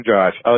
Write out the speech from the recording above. Josh